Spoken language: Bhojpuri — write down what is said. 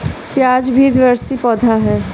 प्याज भी द्विवर्षी पौधा हअ